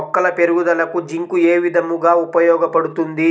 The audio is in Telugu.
మొక్కల పెరుగుదలకు జింక్ ఏ విధముగా ఉపయోగపడుతుంది?